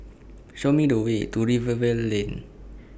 Show Me The Way to Rivervale Lane